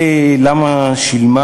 ולמה שילמה,